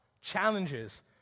challenges